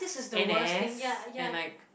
N_S and like